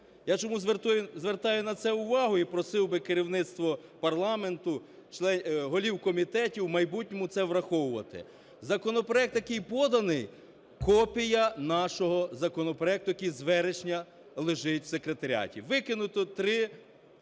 Я чому звертаю на це увагу і просив би керівництво парламенту, голів комітетів у майбутньому це враховувати. Законопроект, який поданий, - копія нашого законопроекту, який з вересня лежить у секретаріаті. Викинуто три,